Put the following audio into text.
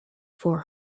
for